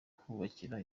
kubakira